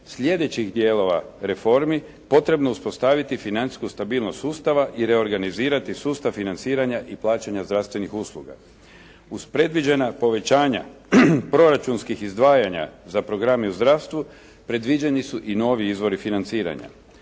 slijedećih dijelova reformi potrebno uspostaviti financijsku stabilnost sustava i reorganizirati sustav financiranja i plaćanja zdravstvenih usluga. Uz predviđena povećanja proračunskih izdvajanja za programe u zdravstvu predviđeni su i novi izvori financiranja.